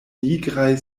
nigraj